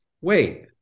wait